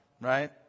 right